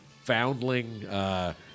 foundling